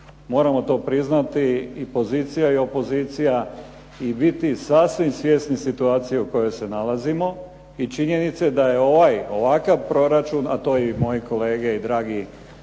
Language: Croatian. Moramo to priznati i pozicija i opozicija i biti sasvim svjesni situacije u kojoj se nalazimo i činjenice da je ovakav proračun a to moji kolege i dragi